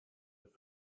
but